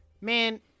Man